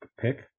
pick